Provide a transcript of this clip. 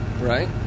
Right